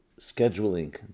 scheduling